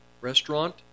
restaurant